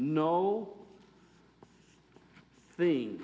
no thing